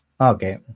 okay